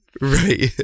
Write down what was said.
Right